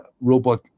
Robot